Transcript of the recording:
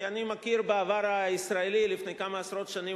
כי אני מכיר בעבר הישראלי לפני כמה עשרות שנים,